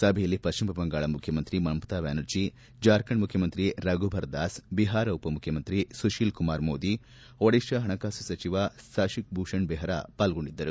ಸಭೆಯಲ್ಲಿ ಪಶ್ಲಿಮ ಬಂಗಾಳ ಮುಖ್ಲಿಮಂತ್ರಿ ಮಮತಾ ಬ್ಲಾನರ್ಜಿ ಜಾರ್ಖಂಡ್ ಮುಖ್ಲಮಂತ್ರಿ ರಘುಬರ್ ದಾಸ್ ಬಿಹಾರ ಉಪಮುಖ್ಯಮಂತ್ರಿ ಸುಶೀಲ್ ಕುಮಾರ್ ಮೋದಿ ಒಡಿಶ್ಡಾ ಹಣಕಾಸು ಸಚಿವ ಸಶಿಭೂಷಣ್ ಬೆಹರಾ ಪಾರ್ಗೊಂಡಿದ್ದರು